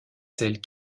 celles